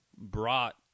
brought